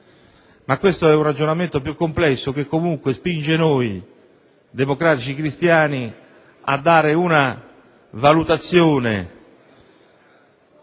Caino. È un ragionamento più complesso, che comunque spinge noi, democratici cristiani, a dare una valutazione